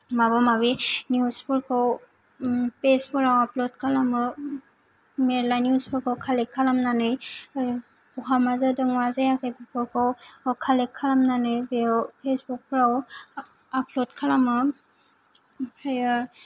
माबा माबि निउसफोरखौ पेजफोराव आपल'ड खालामो मेल्ला निउसफोरखौ कालेक्ट खालामनानै होयो बहा मा जादों मा जायाखै बेफोरखौ कालेक्ट खालामनानै बेयाव फेसबुकफोराव आपल'ड खालामो ओमफ्रायो